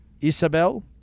Isabel